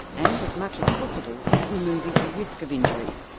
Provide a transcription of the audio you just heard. and as much as possible, removing a risk of injury.